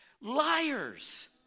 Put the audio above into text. liars